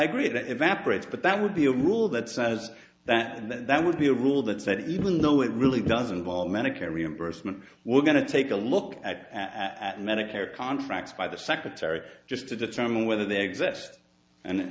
agree that evaporates but that would be a rule that says that and that would be a rule that said even though it really doesn't about medicare reimbursement we're going to take a look at at medicare contracts by the secretary just to determine whether they exist and